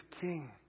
King